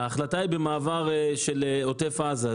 ההחלטה היא במעבר של עוטף עזה,